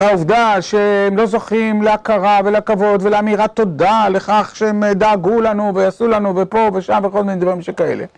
העובדה שהם לא זוכים להכרה ולכבוד ולאמירת תודה לכך שהם דאגו לנו ועשו לנו ופה ושם וכל מיני דברים שכאלה